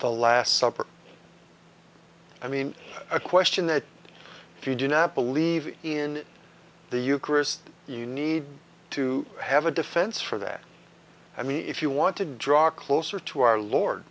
the last supper i mean a question that if you do not believe in the eucharist you need to have a defense for that i mean if you want to draw closer to our lord